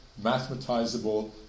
mathematizable